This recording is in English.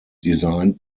designed